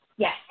Yes